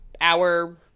hour